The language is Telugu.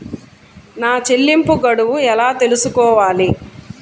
నా చెల్లింపు గడువు ఎలా తెలుసుకోవాలి?